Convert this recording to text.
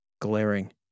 glaring